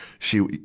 she,